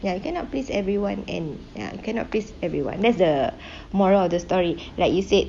ya you cannot please everyone and ya cannot please everyone that's the moral of the story like you said